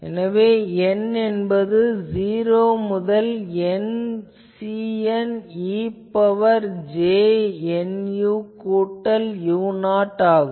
எனவே n என்பது 0 முதல் N Cn e ன் பவர் j nu கூட்டல் u0 ஆகும்